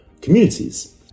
communities